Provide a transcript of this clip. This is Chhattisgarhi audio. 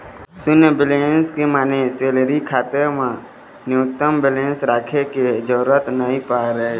सून्य बेलेंस के माने सेलरी खाता म न्यूनतम बेलेंस राखे के जरूरत नइ परय